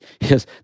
yes